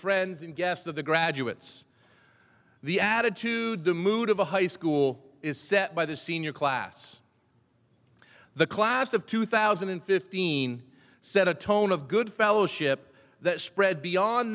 friends and guest of the graduates the attitude the mood of a high school is set by the senior class the class of two thousand and fifteen set a tone of good fellowship that spread beyond